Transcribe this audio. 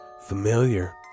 Familiar